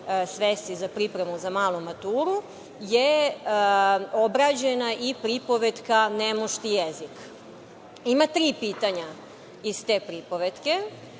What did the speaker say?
svesci za pripremu za malu maturu, je obrađena i pripovetka „Nemušti jezik“. Ima tri pitanja iz te pripovetke.